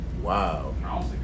Wow